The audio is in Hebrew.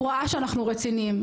הוא ראה שאנחנו רציניים,